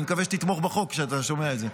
אני מקווה שתתמוך בחוק כשאתה שומע את זה,